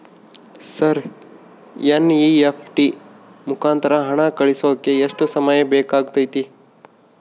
Sir NEFT ಮುಖಾಂತರ ಹಣ ಕಳಿಸೋಕೆ ಎಷ್ಟು ಸಮಯ ಬೇಕಾಗುತೈತಿ?